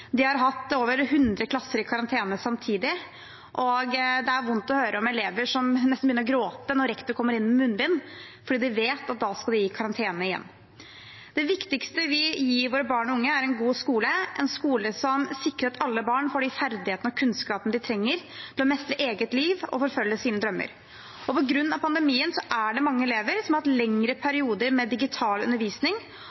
De har hatt over 100 klasser i karantene samtidig, og det er vondt å høre om elever som nesten begynner å gråte når rektor kommer inn med munnbind, fordi de vet at da skal de i karantene igjen. Det viktigste vi gir våre barn og unge, er en god skole, en skole som sikrer at alle barn får de ferdighetene og kunnskapene de trenger for å mestre eget liv og forfølge sine drømmer. På grunn av pandemien er det mange elever som har hatt lengre